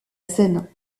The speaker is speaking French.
scène